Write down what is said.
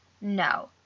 no